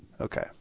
Okay